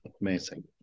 Amazing